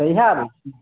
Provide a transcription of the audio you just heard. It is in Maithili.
कहिआ अबैत छी